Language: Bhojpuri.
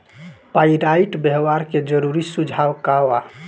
पाइराइट व्यवहार के जरूरी सुझाव का वा?